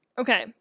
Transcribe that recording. Okay